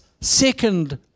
second